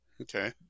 Okay